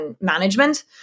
management